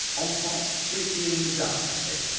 on top, briefly and in the dark, i said,